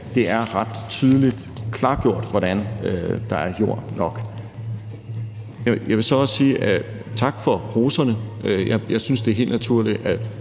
det er ret tydeligt klargjort, hvordan der er jord nok. Jeg vil så også sige tak for roserne. Jeg synes, det er helt naturligt